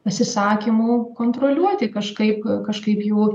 pasisakymų kontroliuoti kažkaip kažkaip jų